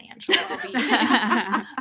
financial